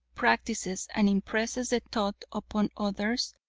practices and impresses the thought upon others,